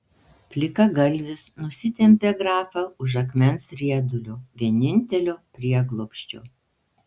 plikagalvis nusitempė grafą už akmens riedulio vienintelio prieglobsčio